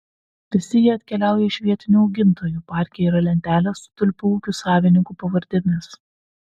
visi jie atkeliauja iš vietinių augintojų parke yra lentelės su tulpių ūkių savininkų pavardėmis